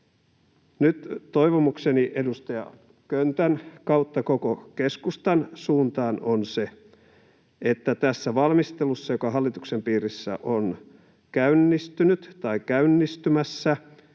Nyt toivomukseni edustaja Köntän kautta koko keskustan suuntaan on se, että tässä valmistelussa, joka hallituksen piirissä on käynnistynyt tai käynnistymässä,